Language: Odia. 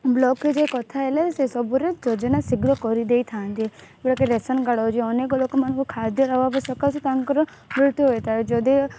ବ୍ଲକ୍ରେ ଯାଇ କଥା ହେଲେ ସେ ସବୁରେ ଯୋଜନା ଶୀଘ୍ର କରି ଦେଇଥାଆନ୍ତି ଯଦି ରେସନ୍ କାର୍ଡ଼୍ ହେଇଛି ଅନେକ ଲୋକମାନଙ୍କୁ ଖାଦ୍ୟର ଅଭାବ ସକାଶେ ତାଙ୍କର ମୃତ୍ୟୁ ହୋଇଥାଏ ଯଦିଓ